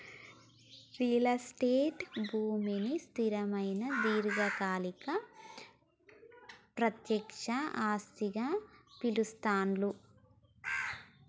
real estate భూమిని స్థిరమైన దీర్ఘకాలిక ప్రత్యక్ష ఆస్తులుగా పిలుత్తాండ్లు